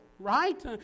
right